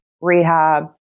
rehab